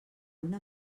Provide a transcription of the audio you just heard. una